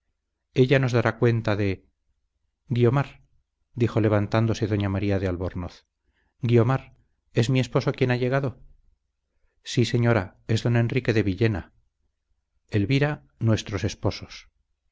ella nos dará cuenta de guiomar dijo levantándose doña maría de albornoz guiomar es mi esposo quien ha llegado sí señora es don enrique de villena elvira nuestros esposos